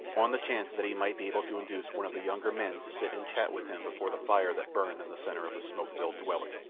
on the chance that he might be able to induce one of the younger men to sit and chat with him before the fire that burned in the centre of the smoke-filled dwelling,